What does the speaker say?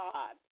God